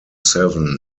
seven